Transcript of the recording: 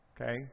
Okay